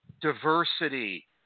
Diversity